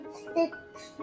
sticks